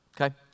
Okay